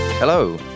Hello